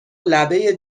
لبه